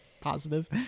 positive